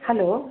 hello